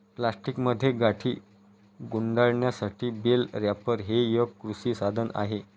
प्लास्टिकमध्ये गाठी गुंडाळण्यासाठी बेल रॅपर हे एक कृषी साधन आहे